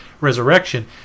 Resurrection